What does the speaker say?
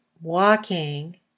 walking